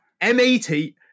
M80